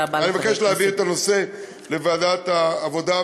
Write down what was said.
אבקש להביא את הנושא לוועדת העבודה,